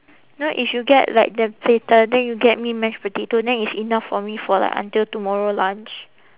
know if you get like the platter then you get me mash potato then it's enough for me for like until tomorrow lunch